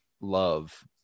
love